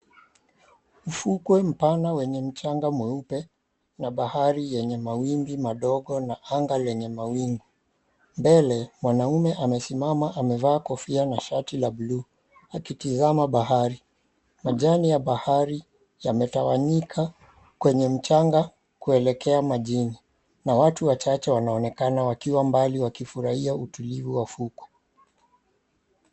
Mfukwe mpana wenye mchanga mweupe na bahari yenye mawimbi madogo na anga lenye mawingu. Mbele, mnwanaume amesimama, amevaa kofia na shati la buluu akitazama bahari. Majani ya bahari yametawanyika kwenye mchanga kuelekea majini na watu wachache wanaonekana wakiwa mbali wakifurahia utulivu wa fuku.